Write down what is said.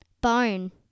Bone